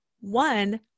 one